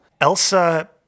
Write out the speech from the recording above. Elsa